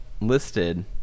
listed